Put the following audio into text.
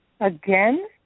again